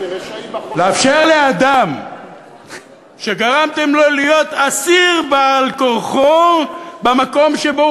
לאפשר לאדם שגרמתם לו להיות אסיר בעל-כורחו במקום שבו